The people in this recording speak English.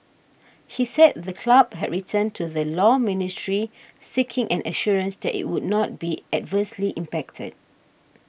he said the club had written to the Law Ministry seeking an assurance that it would not be adversely impacted